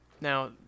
Now